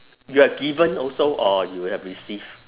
you have given also or you have receive